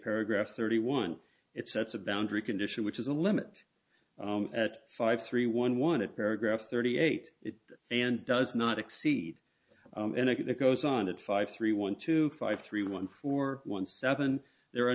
paragraph thirty one it sets a boundary condition which is the limit at five three one one at paragraph thirty eight it and does not exceed that goes on at five three one two five three one four one seven there are a